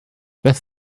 beth